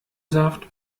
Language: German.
saft